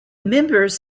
members